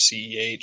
CEH